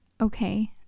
Okay